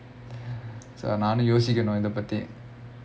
நானும் யோசிக்கனும் இத பத்தி:naanum yosikkanum itha pathi